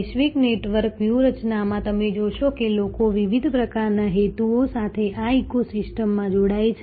વૈશ્વિક નેટવર્ક વ્યૂહરચનામાં તમે જોશો કે લોકો વિવિધ પ્રકારના હેતુઓ સાથે આ ઇકોસિસ્ટમમાં જોડાય છે